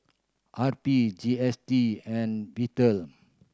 R P G S T and Peter